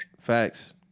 Facts